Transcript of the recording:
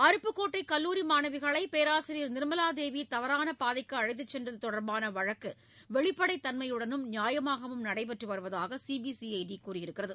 அருப்புக்கோட்டை கல்லூரி மாணவிகளை பேராசிரியர் நிர்மலா தேவி தவறான பாதைக்கு அழைத்துச் சென்றது தொடர்பான வழக்கு வெளிப்படைத் தன்மையுடனும் நியாயமாகவும் நடைபெற்று வருவதாக சிபிசிஐ கூறியுள்ளது